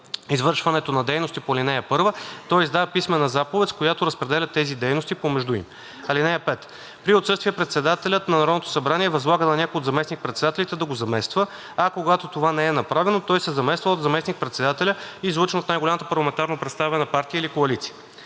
извършването на дейности по ал. 1, той издава писмена заповед, с която разпределя тези дейности помежду им. (5) При отсъствие председателят на Народното събрание възлага на някой от заместник-председателите да го замества, а когато това не е направено, той се замества от заместник-председателя, излъчен от най-голямата парламентарно представена партия или коалиция.